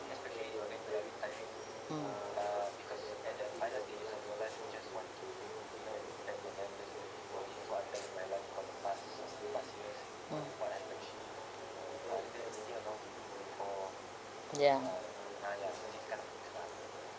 mm mm ya